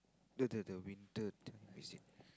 the the the winded you see